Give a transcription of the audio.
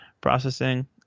processing